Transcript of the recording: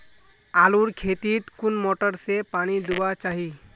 आलूर खेतीत कुन मोटर से पानी दुबा चही?